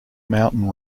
mountain